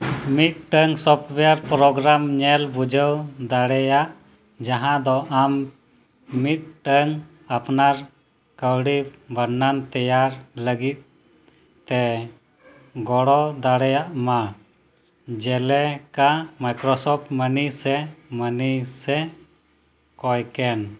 ᱢᱤᱫᱴᱟᱝ software program ᱧᱮᱞ ᱵᱩᱡᱷᱟᱹᱣ ᱫᱟᱲᱮᱭᱟᱜ ᱡᱟᱦᱟᱸ ᱫᱚ ᱟᱢ ᱢᱤᱫᱴᱟᱱ ᱟᱯᱱᱟᱨ ᱠᱟᱹᱣᱰᱤ ᱵᱚᱨᱱᱚᱱ ᱛᱮᱭᱟᱨ ᱞᱟᱹᱜᱤᱫ ᱛᱮ ᱜᱚᱲᱚ ᱫᱟᱲᱮᱭᱟᱜ ᱢᱟ ᱡᱮᱞᱮᱠᱟ ᱢᱟᱭᱠᱨᱳᱥᱚᱯᱷᱴ ᱢᱟᱹᱱᱤ ᱥᱮ ᱢᱟᱹᱱᱤ ᱥᱮ ᱠᱚᱭᱠᱮᱱ